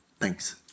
Thanks